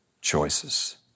choices